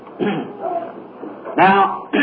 Now